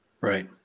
Right